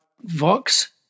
Vox